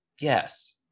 yes